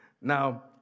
Now